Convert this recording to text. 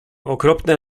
okropne